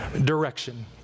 direction